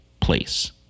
place